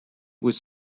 was